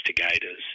investigators